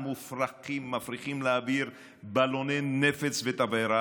מפריחים לאוויר בלוני נפץ ותבערה.